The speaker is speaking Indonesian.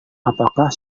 apakah